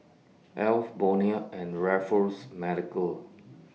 Alf Bonia and Raffles Medical